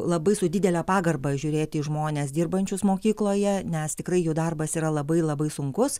labai su didele pagarba žiūrėti į žmones dirbančius mokykloje nes tikrai jų darbas yra labai labai sunkus